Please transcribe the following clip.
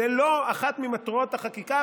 זאת לא אחת ממטרות החקיקה,